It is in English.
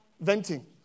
venting